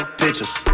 pictures